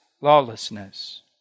lawlessness